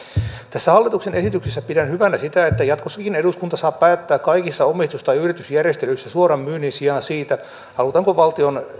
tässä hallituksen esityksessä pidän hyvänä sitä että jatkossakin suoran myynnin sijaan eduskunta saa päättää kaikissa omistus tai yritysjärjestelyissä siitä halutaanko valtion